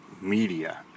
media